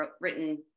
written